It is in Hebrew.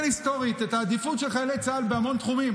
היסטורית את העדיפות של חיילי צה"ל בהמון תחומים,